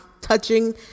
touching